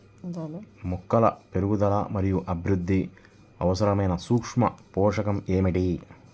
మొక్కల పెరుగుదల మరియు అభివృద్ధికి అవసరమైన సూక్ష్మ పోషకం ఏమిటి?